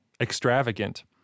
extravagant